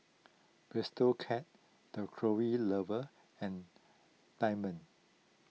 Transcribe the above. Bistro Cat the Closet Lover and Diamond